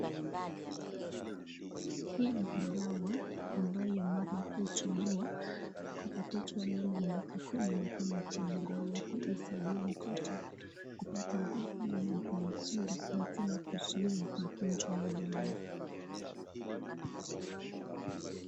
Hii ni dawa ambayo mara hutumiwa kwa watoto walio na miaka kumi na kwenda chini. Dawa hii husaidia mtoto kupata nguvu na afya nzuri na tena kuzuia magonjwa ya baadaye.